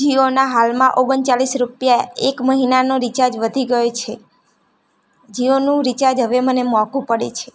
જીઓના હાલમાં ઓગણચાલીસ રૂપિયા એક મહિનાનું રિચાર્જ વધી ગયું છે જીઓનું રિચાર્જ હવે મને મોંઘું પડે છે